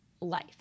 life